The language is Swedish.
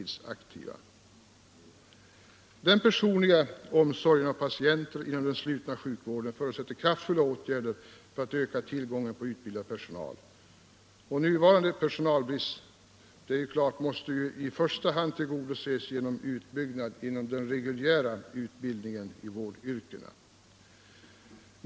Den personliga omsorgen om patienter inom den slutna sjukvården förutsätter kraftfulla åtgärder för att öka tillgången på utbildad personal. Nuvarande personalbrist måste i första hand motverkas genom utbyggnad inom den reguljära utbildningen i vårdyrkena.